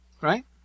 right